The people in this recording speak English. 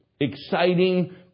exciting